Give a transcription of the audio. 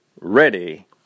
ready